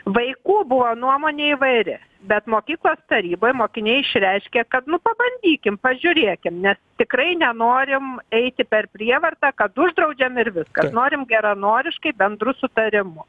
vaikų buvo nuomonė įvairi bet mokyklos taryboj mokiniai išreiškė kad nu pabandykim pažiūrėkim nes tikrai nenorim eiti per prievartą kad uždraudžiam ir viskas norim geranoriškai bendru sutarimu